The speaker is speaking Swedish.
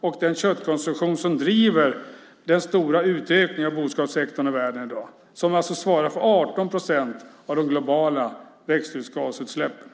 Det är köttkonsumtionen som driver dagens stora utökning av världens boskapssektor, som svarar för 18 procent av de globala växthusgasutsläppen.